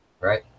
Right